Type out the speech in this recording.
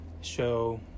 show